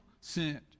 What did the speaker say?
sent